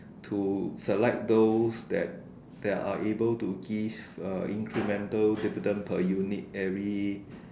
to select those that there are able to give uh incremental dividend per unit every